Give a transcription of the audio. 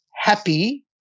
happy